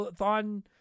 on